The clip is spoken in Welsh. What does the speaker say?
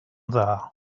dda